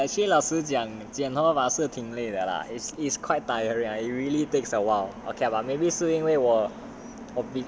ya okay lah actually 老实讲剪头发是挺累的 lah is is quite tired it really takes a while okay ah maybe 是因为我